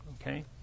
okay